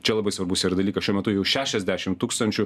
čia labai svarbus yra dalykas šiuo metu jau šešiasdešim tūkstančių